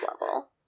level